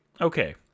okay